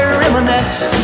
reminisce